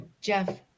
Jeff